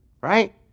Right